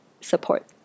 support